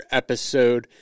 episode